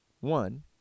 One